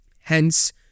Hence